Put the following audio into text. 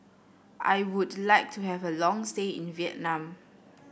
I would like to have a long stay in Vietnam